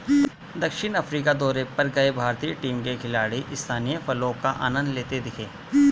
दक्षिण अफ्रीका दौरे पर गए भारतीय टीम के खिलाड़ी स्थानीय फलों का आनंद लेते दिखे